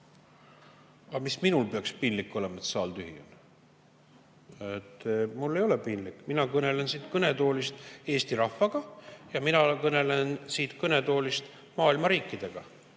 Aga miks minul peaks piinlik olema, et saal tühi on? Mul ei ole piinlik. Mina kõnelen siit kõnetoolist Eesti rahvaga ja mina kõnelen siit kõnetoolist maailma riikidega,